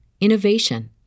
innovation